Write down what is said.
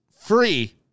free